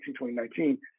2019